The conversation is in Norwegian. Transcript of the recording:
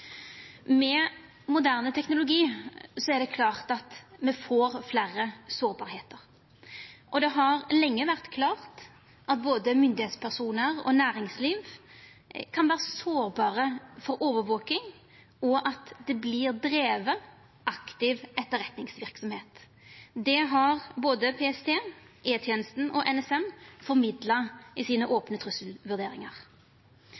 Med moderne teknologi er det klart at me får fleire sårbarheiter, og det har lenge vore klart at både myndigheitspersonar og næringsliv kan vera sårbare for overvaking, og at det vert drive aktiv etterretningsverksemd. Det har både PST, E-tenesta og NSM formidla i sine